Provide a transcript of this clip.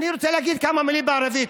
אני רוצה להגיד כמה מילים בערבית,